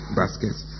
baskets